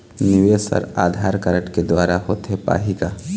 निवेश हर आधार कारड के द्वारा होथे पाही का?